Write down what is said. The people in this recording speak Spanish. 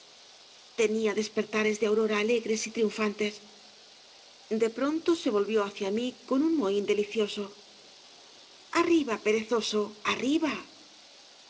tenía despertares de aurora alegres y triunfantesde pronto se volvió hacia mí con un mohín delicioso arriba perezoso i arriba